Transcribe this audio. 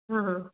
ਹਾਂ ਹਾਂ